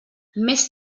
més